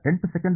ಹೌದು